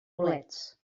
bolets